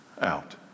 out